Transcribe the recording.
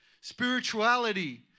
Spirituality